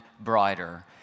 brighter